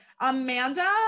amanda